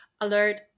alert